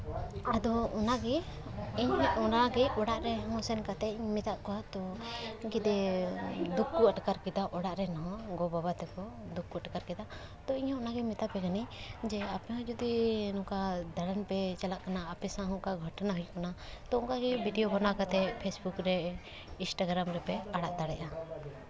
ᱟᱫᱚ ᱚᱱᱟᱜᱮ ᱤᱧ ᱦᱟᱸᱜ ᱚᱱᱟᱜᱮ ᱚᱲᱟᱜ ᱨᱮᱦᱚᱸ ᱥᱮᱱ ᱠᱟᱛᱮ ᱤᱧ ᱢᱮᱛᱟᱜ ᱠᱚᱣᱟ ᱛᱚ ᱫᱤᱭᱮ ᱫᱩᱠ ᱠᱚ ᱟᱴᱠᱟᱨ ᱠᱮᱫᱟ ᱚᱲᱟᱜ ᱨᱮ ᱦᱚᱸ ᱜᱚᱼᱵᱟᱵᱟ ᱛᱟᱠᱚ ᱫᱩᱠ ᱠᱚ ᱟᱴᱠᱟᱨ ᱠᱮᱫᱟ ᱛᱚ ᱤᱧ ᱦᱚᱸ ᱚᱱᱟᱜᱮ ᱢᱮᱛᱟ ᱯᱮ ᱠᱟᱹᱱᱟᱹᱧ ᱡᱮ ᱟᱯᱮ ᱦᱚᱸ ᱡᱩᱫᱤ ᱱᱚᱝᱠᱟ ᱫᱟᱬᱟᱱ ᱯᱮ ᱪᱟᱞᱟᱜ ᱠᱟᱱᱟ ᱟᱯᱮ ᱥᱟᱶ ᱱᱚᱝᱠᱟ ᱜᱷᱚᱴᱚᱱᱟ ᱦᱩᱭ ᱠᱟᱱᱟ ᱛᱳ ᱚᱱᱠᱟᱜᱮ ᱵᱷᱤᱰᱭᱳ ᱵᱮᱱᱟᱣ ᱠᱟᱛᱮ ᱯᱷᱮᱥᱵᱩᱠ ᱨᱮ ᱤᱱᱥᱴᱟᱜᱨᱟᱢ ᱨᱮᱯᱮ ᱟᱲᱟᱜ ᱫᱟᱲᱮᱭᱟᱜᱼᱟ